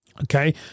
Okay